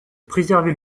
préserver